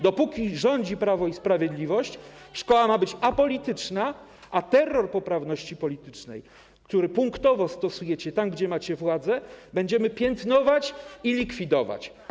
Dopóki rządzi Prawo i Sprawiedliwość, szkoła ma być apolityczna, a terror poprawności politycznej, który punktowo stosujecie tam, gdzie macie władzę, będziemy piętnować i likwidować.